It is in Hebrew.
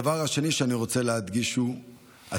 הדבר השני שאני רוצה להדגיש הוא הציפיות